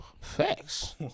Facts